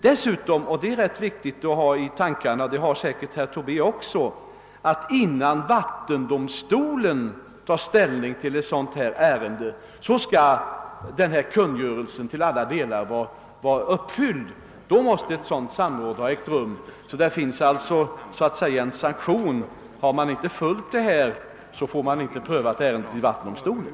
Dessutom är det viktigt att ha i tankarna — och det har säkert herr Tobé — att bestämmelserna i kungörelsen skall vara uppfyllda till alla delar innan vattendomstolen tar ställning till ett sådant ärende, och då måste ett samråd ha ägt rum. Det finns alltså en sanktion: har man inte följt bestämmelserna, får man inte ärendet prövat av vattendomstolen.